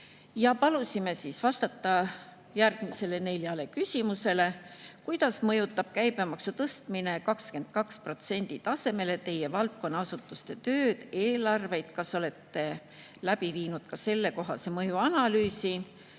Palusime vastata järgmisele neljale küsimusele. Kuidas mõjutab käibemaksu tõstmine 22% tasemele teie valdkonna asutuste tööd, eelarveid? Kas olete läbi viinud ka sellekohase mõjuanalüüsi?